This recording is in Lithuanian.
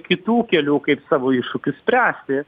kitų kelių kaip savo iššūkius spręsti